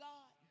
God